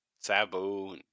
Sabu